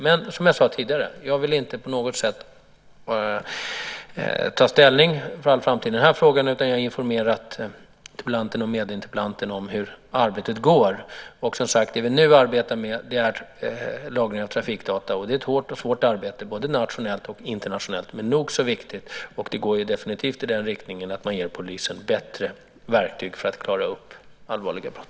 Men som jag sade tidigare vill jag inte på något sätt ta ställning för all framtid i den här frågan, utan jag har informerat interpellanten och medinterpellanten om hur arbetet går. Det som vi nu arbetar med är alltså lagring av trafikdata, och det är ett hårt och svårt arbete både nationellt och internationellt. Men det är nog så viktigt, och det går definitivt i riktningen att man ger polisen bättre verktyg för att klara upp allvarliga brott.